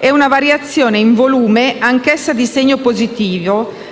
e una variazione in volume anch'essa di segno positivo